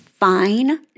fine